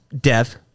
death